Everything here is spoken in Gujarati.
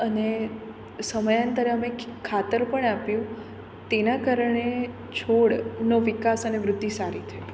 અને સમયાંતરે અમે ખાતર પણ આપ્યું તેના કારણે છોડનો વિકાસ અને વૃદ્ધિ સારી થઈ